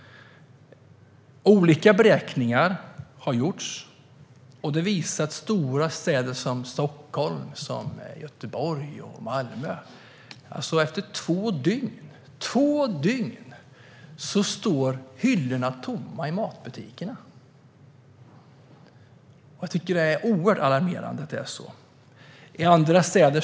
Olika beräkningar har gjorts, och de visar att i stora städer som Stockholm, Göteborg och Malmö står hyllorna tomma i matbutikerna efter två dygn. Det tycker jag är oerhört alarmerande.